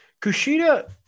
Kushida